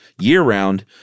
year-round